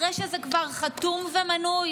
אחרי שזה כבר חתום ומנוי.